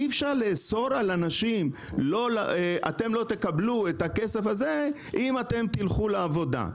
אי אפשר להגיד לאנשים: "אתם לא תקבלו את הכסף הזה אם תלכו לעבודה",